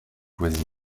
voisine